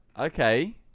Okay